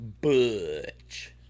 Butch